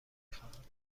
خواهند